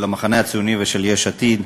של המחנה הציוני ושל יש עתיד,